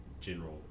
general